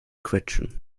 quetschen